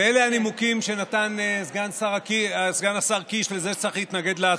ואלה הנימוקים שנתן סגן שר קיש לזה שצריך להתנגד להצעה.